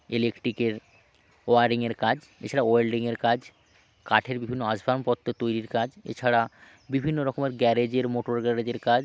ইলেকট্রিকের ওয়ারিংয়ের কাজ এছাড়া ওয়েল্ডিংয়ের কাজ কাঠের বিভিন্ন আসবাহনপত্র তৈরির কাজ এছাড়াও বিভিন্ন রকমের গ্যারেজের মোটর গ্যারেজের কাজ